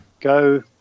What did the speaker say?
go